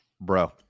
bro